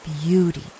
beauty